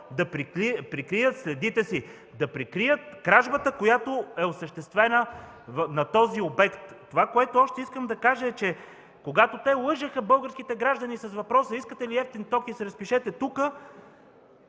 да прикрият следите си, да прикрият кражбата, която е осъществена на този обект. Искам да кажа също, че когато те лъжеха българските граждани с въпроса: „Искате ли евтин ток и се разпишете тук?”,